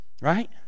right